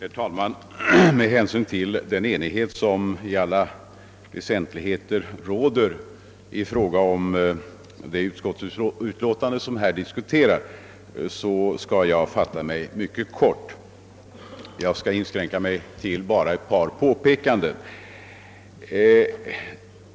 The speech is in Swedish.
Herr talman! Med hänsyn till den enighet som i alla väsentligheter råder i fråga om det utskottsutlåtande som nu diskuteras skall jag fatta mig mycket kort och inskränka mig till ett par påpekanden.